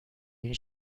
این